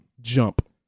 Jump